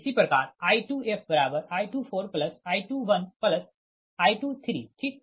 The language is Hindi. इसी प्रकार I2fI24I21I23 ठीक